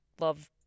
love